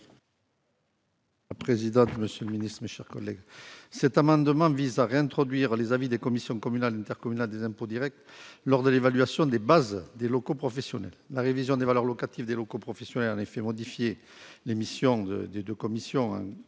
ainsi libellé : La parole est à M. Yvon Collin. Cet amendement vise à réintroduire les avis des commissions communales et intercommunales des impôts directs (CCID et CIID) lors de l'évaluation des bases des locaux professionnels. La révision des valeurs locatives des locaux professionnels a en effet modifié les missions des commissions